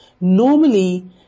Normally